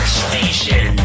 station